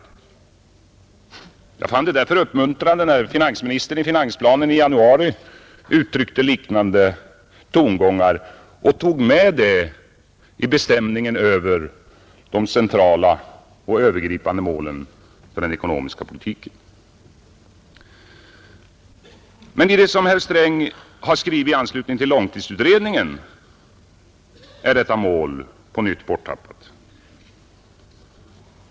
Jag fann det därför uppmuntrande när finansministern i finansplanen i januari uttryckte likande tongångar och tog med den regionala balansen vid angivandet av de centrala och övergripande målen för den ekonomiska politiken. Men i det som herr Sträng har skrivit i anslutning till långtidsutredningens betänkande är detta mål på nytt borttappat.